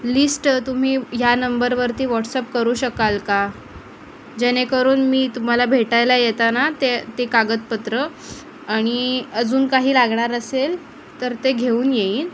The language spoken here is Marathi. लिस्ट तुम्ही ह्या नंबरवरती व्हॉट्सअप करू शकाल का जेणेकरून मी तुम्हाला भेटायला येताना ते ते कागदपत्रं आणि अजून काही लागणार असेल तर ते घेऊन येईन